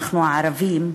אנחנו הערבים,